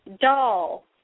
doll